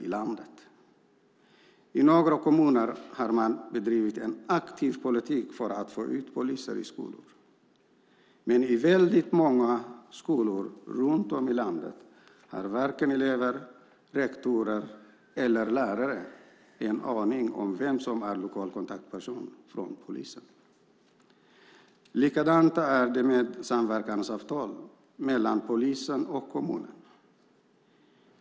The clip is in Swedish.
I några kommuner har man bedrivit en aktiv politik för att få ut poliser i skolan, men i väldigt många skolor runt om i landet har varken elever, rektorer eller lärare en aning om vem som är lokal kontaktperson från polisen. Likadant är det med samverkansavtal mellan polisen och kommunerna.